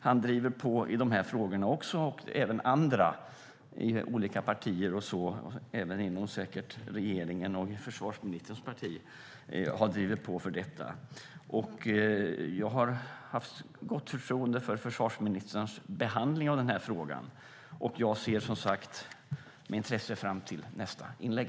Han driver också på i de här frågorna, vilket även andra i olika partier gör - säkert har man också inom regeringen och i försvarsministerns parti drivit på för detta. Jag har haft gott förtroende för försvarsministerns behandling av frågan, och jag ser som sagt med intresse fram emot hennes nästa inlägg.